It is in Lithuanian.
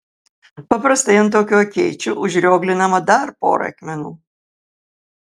paprastai ant tokių akėčių užrioglinama dar pora akmenų